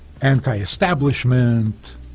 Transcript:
anti-establishment